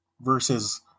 versus